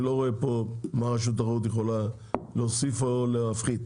אני לא רואה פה מה רשות התחרות יכולה להוסיף או להפחית.